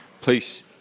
Please